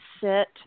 sit